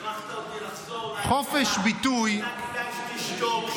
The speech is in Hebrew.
אתה הכרחת אותי לחזור --- אולי כדאי שתשתוק?